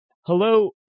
Hello